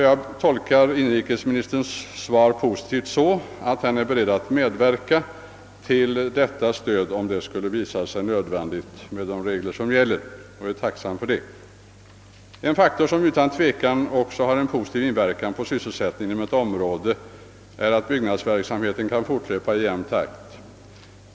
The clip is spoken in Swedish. Jag tolkar inrikesministerns svar så att han är beredd att medverka till detta stöd, om det skulle visa sig nödvändigt, och jag är tacksam för det. En faktor som utan tvivel också har en positiv inverkan på sysselsättningen inom ett område är om byggnadsverksamheten kan fortlöpa i jämn takt.